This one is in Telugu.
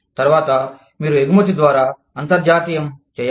తరువాత మీరు ఎగుమతి ద్వారా అంతర్జాతీయం చేయండి